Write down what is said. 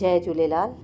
Jay Jhulelal